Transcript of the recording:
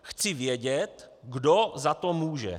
Chci vědět, kdo za to může.